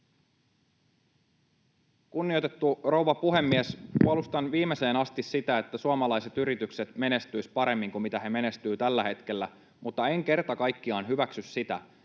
Kunnioitettu rouva puhemies! Puolustan viimeiseen asti sitä, että suomalaiset yritykset menestyisivät paremmin kuin ne menestyvät tällä hetkellä. Mutta en kerta kaikkiaan hyväksy sitä,